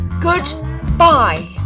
goodbye